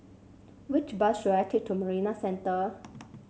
which bus should I take to Marina Centre